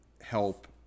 help